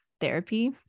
therapy